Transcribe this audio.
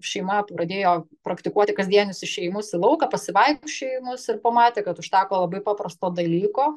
šeima pradėjo praktikuoti kasdienius išėjimus į lauką pasivaikščiojimus ir pamatė kad užteko labai paprasto dalyko